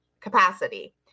capacity